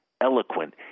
eloquent